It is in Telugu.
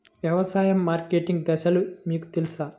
వ్యవసాయ మార్కెటింగ్ దశలు మీకు తెలుసా?